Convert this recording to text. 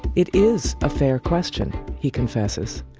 it is a fair question he confesses.